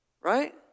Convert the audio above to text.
Right